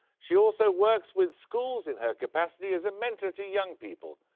she also works with schools in her capacity as a mentor to young people.